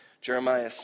Jeremiah